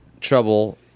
trouble